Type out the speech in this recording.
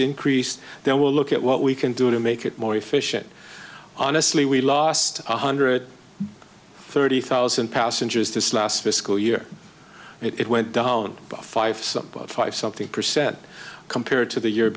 increased they will look at what we can do to make it more efficient honestly we lost one hundred thirty thousand passengers this last fiscal year it went down by five five something percent compared to the year